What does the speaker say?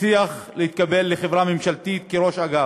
הצליח להתקבל לחברה ממשלתית כראש אגף.